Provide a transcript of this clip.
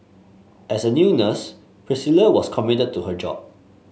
as a new nurse Priscilla was committed to her job